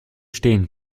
stehen